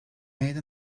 made